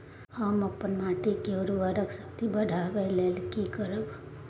हम अपन माटी के उर्वरक शक्ति बढाबै लेल की करब?